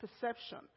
perception